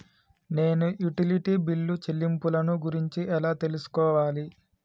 నేను utility bill చెల్లింపులను గురించి ఎలా తెలుసుకోవాలి?